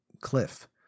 Cliff